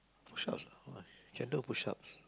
push ups ah can do push ups